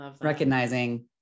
recognizing